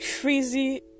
crazy